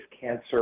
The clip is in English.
cancer